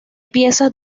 piezas